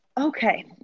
Okay